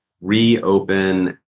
reopen